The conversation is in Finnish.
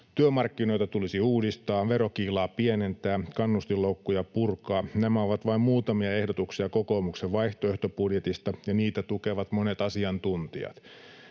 Työmarkkinoita tulisi uudistaa, verokiilaa pienentää, kannustinloukkuja purkaa. Nämä ovat vain muutamia ehdotuksia kokoomuksen vaihtoehtobudjetista, ja niitä tukevat monet asiantuntijat.